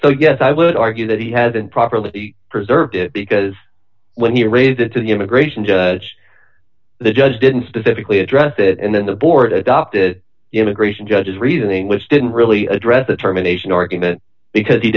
so yes i would argue that he hadn't properly preserved it because when he raised it to the immigration judge the judge didn't specifically address it and then the board adopted the immigration judge's reasoning which didn't really address the termination argument because he